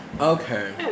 Okay